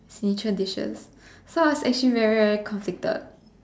signature dishes so I was actually very very conflicted